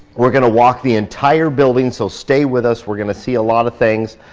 we're gonna walk the entire building so stay with us. we're gonna see a lot of things.